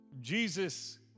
Jesus